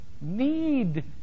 need